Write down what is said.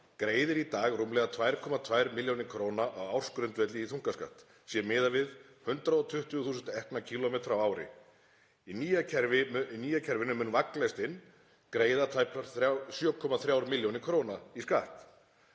greiðir í dag rúmlega 2,2 milljónir kr. á ársgrundvelli í þungaskatt sé miðað við 120.000 ekna kílómetra á ári. Í nýju kerfi mun vagnlestin greiða tæpar 7,3 milljónir kr. í skatt.